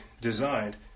designed